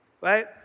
right